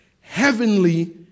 Heavenly